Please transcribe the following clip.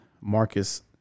Marcus